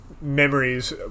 memories